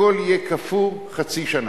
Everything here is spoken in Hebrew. הכול יהיה קפוא חצי שנה,